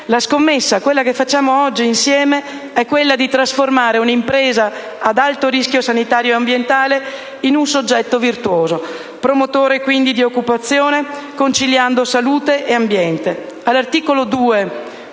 la scommessa, quella che facciamo oggi insieme, è di trasformare un'impresa ad alto rischio sanitario ed ambientale in un soggetto virtuoso, promotore di occupazione, conciliando salute e ambiente.